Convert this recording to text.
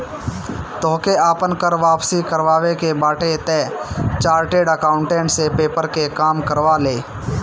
तोहके आपन कर वापसी करवावे के बाटे तअ चार्टेड अकाउंटेंट से पेपर के काम करवा लअ